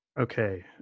Okay